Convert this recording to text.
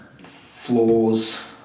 flaws